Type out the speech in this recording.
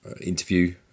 interview